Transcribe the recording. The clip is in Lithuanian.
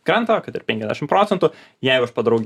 krenta kad ir penkiasdešimt procentų jeigu aš padarau